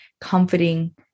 comforting